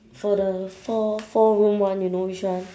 for the four four room one you know which one